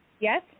Yes